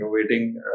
innovating